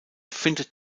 findet